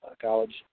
college